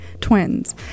twins